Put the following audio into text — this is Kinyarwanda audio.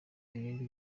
ibindi